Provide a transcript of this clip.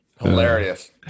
Hilarious